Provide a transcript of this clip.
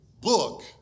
book